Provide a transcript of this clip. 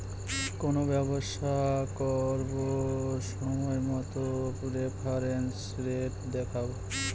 কোনো ব্যবসা করবো সময় মতো রেফারেন্স রেট দেখাবো